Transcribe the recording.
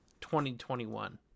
2021